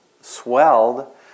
swelled